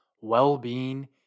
well-being